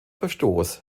verstoß